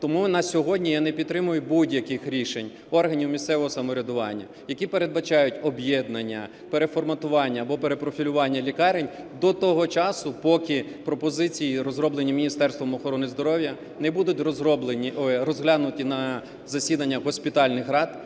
Тому на сьогодні я не підтримую будь-яких рішень органів місцевого самоврядування, які передбачають об'єднання, переформатування або перепрофілювання лікарень до того часу, поки пропозиції, розроблені Міністерством охорони здоров'я, не будуть розроблені… розглянуті на засіданнях госпітальних рад